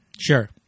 Sure